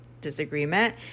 disagreement